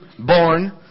Born